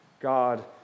God